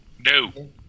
No